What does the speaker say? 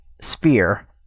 sphere